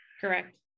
Correct